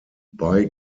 bei